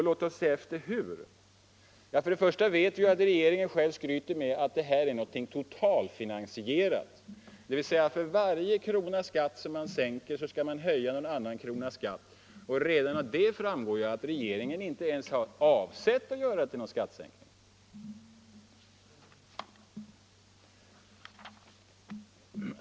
Låt oss se hur det blir en skattehöjning. Vi vet att regeringen skryter med att skattesänkningen är ”totalfinansierad”, dvs. för varje krona man sänker en skatt med höjer man någon annan skatt lika mycket. Redan av det framgår att regeringen inte avsett att göra någon skattesänkning.